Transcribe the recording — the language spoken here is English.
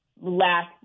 last